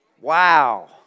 Wow